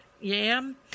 Yam